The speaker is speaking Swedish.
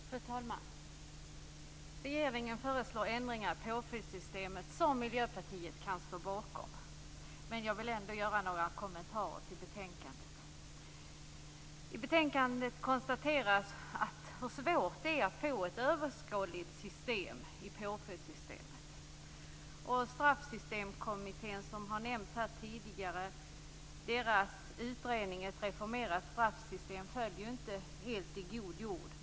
Fru talman! Regeringen föreslår ändringar i påföljdssystemet som Miljöpartiet kan stå bakom. Men jag vill ändå göra några kommentarer till betänkandet. I betänkandet konstateras hur svårt det är att få ett överskådligt påföljdssystem. Straffsystemkommittén har nämnts här tidigare. Kommitténs utredning Ett reformerat straffsystem föll ju inte helt i god jord.